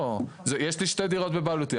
יש לי שתי דירות בבעלותי,